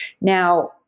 Now